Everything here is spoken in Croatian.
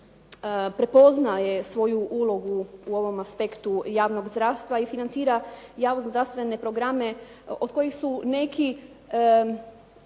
prepoznaje svoju ulogu u ovom aspektu javnog zdravstva i financira javnost za zdravstvene programe od kojih su neki